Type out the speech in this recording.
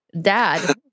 Dad